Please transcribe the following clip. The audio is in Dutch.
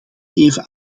even